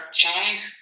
cheese